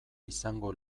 izango